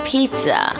Pizza